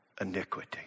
iniquity